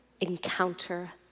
Encounter